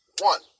One